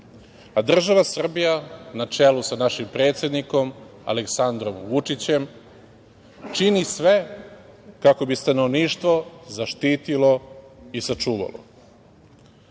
a država Srbija, na čelu sa našim predsednikom Aleksandrom Vučićem, čini sve kako bi stanovništvo zaštitilo i sačuvalo.U